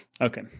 Okay